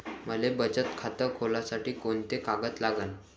मले बचत खातं खोलासाठी कोंते कागद लागन?